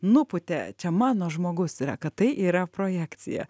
nupūtė čia mano žmogus yra kad tai yra projekcija